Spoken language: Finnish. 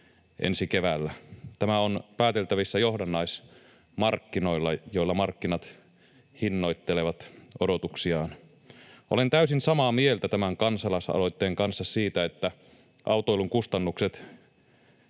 Tämä on pääteltävissä johdannaismarkkinoilla, joilla markkinat hinnoittelevat odotuksiaan. Olen täysin samaa mieltä tämän kansalaisaloitteen kanssa siitä, että autoilun kustannukset